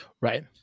right